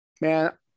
Man